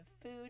Food